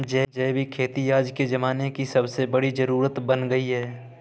जैविक खेती आज के ज़माने की सबसे बड़ी जरुरत बन गयी है